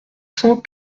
cent